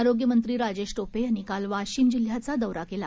आरोग्यमंत्रीराजेशटोपेयांनीकालवाशिमजिल्ह्याचादौराकेला